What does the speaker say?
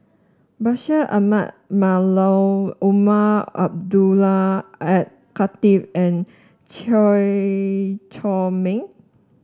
Bashir Ahmad Mallal Umar Abdullah Al Khatib and Chew Chor Meng